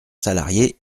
salarié